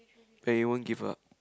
where you won't give up